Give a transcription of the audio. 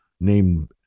named